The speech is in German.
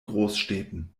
großstädten